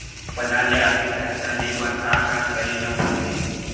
बजार ले आर्थिक सहायता ले बर का का करे ल पड़थे?